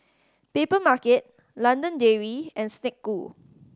Papermarket London Dairy and Snek Ku